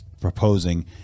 proposing